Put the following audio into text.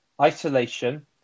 isolation